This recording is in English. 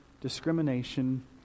discrimination